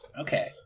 okay